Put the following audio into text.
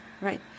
Right